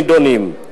נדונים.